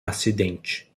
acidente